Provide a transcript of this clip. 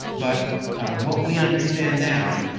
but what we understand now.